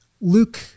Luke